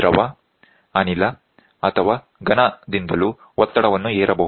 ದ್ರವ ಅನಿಲ ಅಥವಾ ಘನ ದಿಂದಲೂ ಒತ್ತಡವನ್ನು ಹೇರಬಹುದು